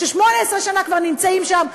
ש-18 שנה כבר נמצאים שם,